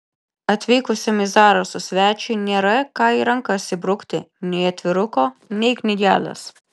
atvykusiam į zarasus svečiui nėra ką į rankas įbrukti nei atviruko nei knygelės